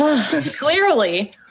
Clearly